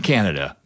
Canada